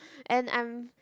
and I'm